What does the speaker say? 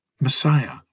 Messiah